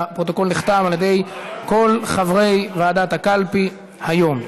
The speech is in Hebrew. הפרוטוקול נחתם על ידי כל חברי ועדת הקלפי היום.